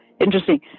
Interesting